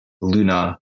Luna